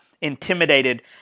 intimidated